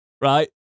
Right